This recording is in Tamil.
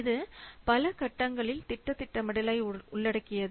இது பல கட்டங்களில் திட்ட திட்டமிடுதலை உள்ளடக்கியது